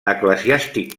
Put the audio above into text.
eclesiàstic